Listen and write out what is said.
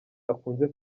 akunze